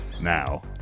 now